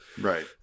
Right